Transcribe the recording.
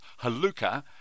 Haluka